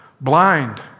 blind